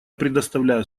предоставляю